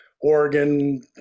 Oregon